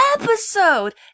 episode